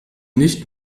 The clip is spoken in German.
nicht